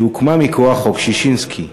שהוקמה מכוח חוק ששינסקי.